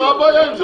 כן, מה הבעיה עם זה.